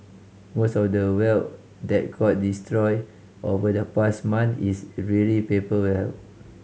most of the wealth that got destroyed over the past month is really paper wealth